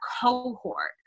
cohort